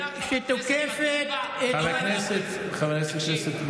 היא סרוטה שתוקפת את חברי הכנסת הערבים.